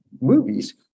movies